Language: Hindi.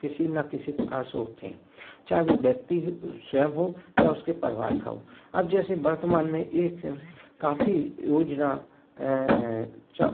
किसी न किसी प्रकार से होते हैं चाहे वो व्यक्ति हो स्वयं हो या उसके परिवार का हो अब जैसे वर्तमान में एक काफ़ी योजना